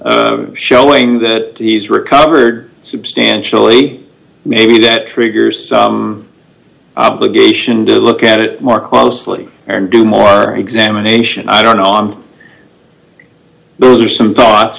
showing that he's recovered substantially maybe that triggers obligation to look at it more closely and do more examination i don't know those are some thoughts